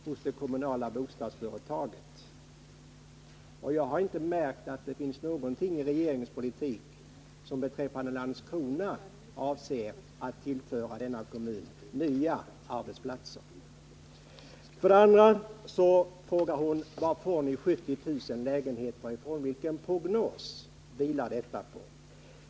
Jag har inte kunnat märka att det i regeringens politik finns någonting som kommer att tillföra Landskrona kommun några nya arbetsplatser. Vidare frågar Birgit Friggebo på vilken prognos vi grundar antalet 70 000 lägenheter.